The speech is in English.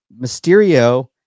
Mysterio